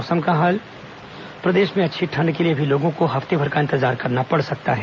मौसम प्रदेश में अच्छी ठंड के लिए अभी लोगों को हफ्ते भर का इंतजार करना पड़ सकता है